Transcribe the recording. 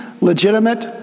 legitimate